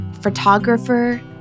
photographer